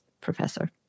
professor